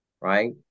right